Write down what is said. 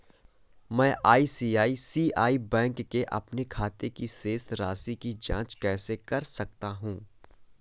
मैं ICICI bank के अपने खाते की शेष राशि की जाँच कैसे कर सकता हूँ?